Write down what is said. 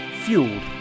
fueled